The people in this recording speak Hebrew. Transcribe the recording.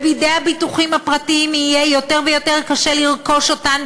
ולביטוחים הפרטיים יהיה יותר ויותר קשה לרכוש אותן.